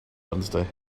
wednesday